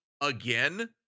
again